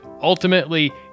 ultimately